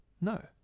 No